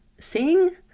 sing